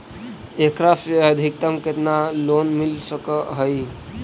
एकरा से अधिकतम केतना लोन मिल सक हइ?